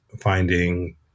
finding